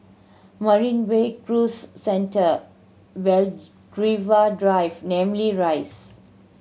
Marina Bay Cruise Centre Belgravia Drive Namly Rise